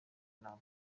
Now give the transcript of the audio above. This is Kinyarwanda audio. inama